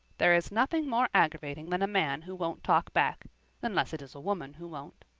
there is nothing more aggravating than a man who won't talk back unless it is a woman who won't.